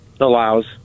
allows